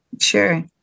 Sure